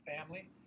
family